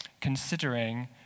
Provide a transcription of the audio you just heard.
considering